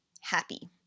happy